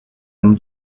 mme